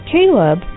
Caleb